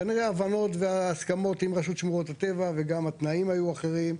כנראה הבנות והסכמות עם רשות שמורות הטבע וגם התנאים היו אחרים,